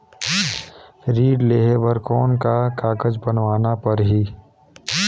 ऋण लेहे बर कौन का कागज बनवाना परही?